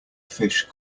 fish